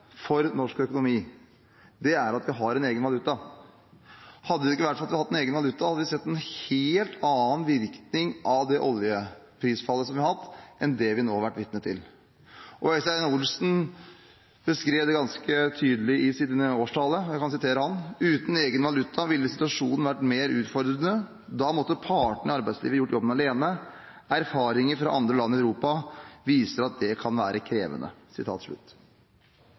for norsk økonomi er at vi har en egen valuta. Hadde det ikke vært for at vi hadde hatt en egen valuta, hadde vi sett en helt annen virkning av det oljeprisfallet som vi har hatt, enn det vi nå har vært vitne til. Øystein Olsen beskrev det ganske tydelig i sin årstale: «Uten en egen valuta ville situasjonen vært mer utfordrende. Da måtte partene i arbeidslivet gjort jobben alene. Erfaringer fra andre land i Europa viser at det kan være krevende.»